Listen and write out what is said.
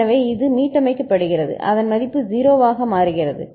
எனவே அது மீட்டமைக்கப்படுகிறது அது மதிப்பு 0 ஆக மாறுகிறது